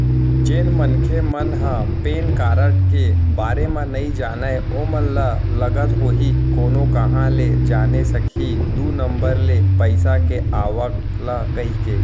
जेन मनखे मन ह पेन कारड के बारे म नइ जानय ओमन ल लगत होही कोनो काँहा ले जाने सकही दू नंबर ले पइसा के आवक ल कहिके